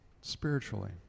spiritually